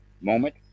moment